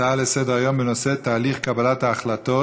הצעה לסדר-היום בנושא: תהליך קבלת ההחלטות,